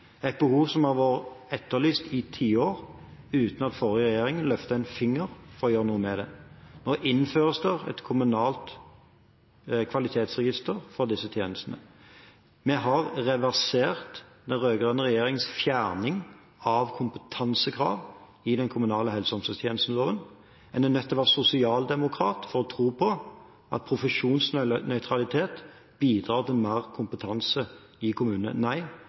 et behov som har vært etterlyst i tiår, uten at forrige regjering løftet en finger for å gjøre noe med det. Nå innføres det et kommunalt kvalitetsregister for disse tjenestene. Vi har reversert den rød-grønne regjeringens fjerning av kompetansekrav i den kommunale helse- og omsorgstjenesteloven. En er nødt til å være sosialdemokrat for å tro at profesjonsnøytralitet bidrar til mer kompetanse i kommunene. Nei,